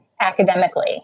academically